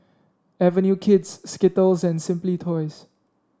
Avenue Kids Skittles and Simply Toys